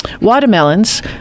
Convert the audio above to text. watermelons